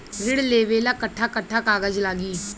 ऋण लेवेला कट्ठा कट्ठा कागज लागी?